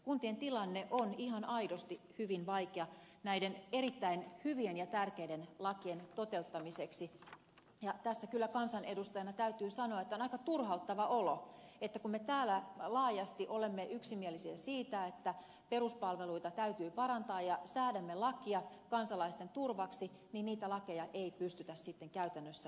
kuntien tilanne on ihan aidosti hyvin vaikea näiden erittäin hyvien ja tärkeiden lakien toteuttamisessa ja tässä kyllä kansanedustajana täytyy sanoa että on aika turhauttava olo että kun me täällä laajasti olemme yksimielisiä siitä että peruspalveluita täytyy parantaa ja säädämme lakeja kansalaisten turvaksi niin niitä lakeja ei pystytä sitten käytännössä toteuttamaan